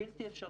בלתי אפשרי,